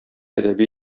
әдәби